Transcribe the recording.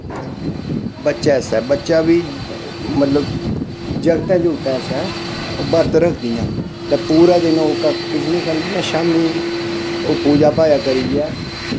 बच्चें आस्तै बच्चा बी मतलब जागतै जुगतै आस्तै बर्त रखदियां ते पूरा दिन ओह् किश निं खंदियां शामीं ओह् पूज़ा पाज़ा करियै